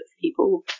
people